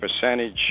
percentage